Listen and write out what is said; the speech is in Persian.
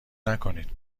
نکنید